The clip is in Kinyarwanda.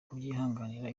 kubyihanganira